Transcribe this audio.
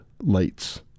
lights